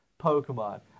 Pokemon